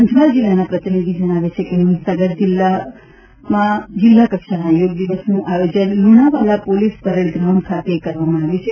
પંચમહાલ જિલ્લાના પ્રતિનિધિ જણાવે છે કે મહિસાગર જિલ્લા કક્ષાના યોગ દિવસનું આયોજન લુણાવાડા પોલીસ પરેડ ગ્રાઉન્ડ ખાતે રાખવામાં આવેલ છે